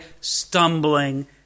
stumbling